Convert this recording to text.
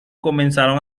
comenzaron